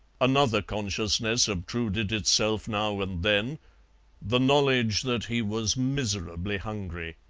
another consciousness obtruded itself now and then the knowledge that he was miserably hungry.